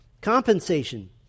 Compensation